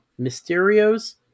Mysterio's